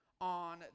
on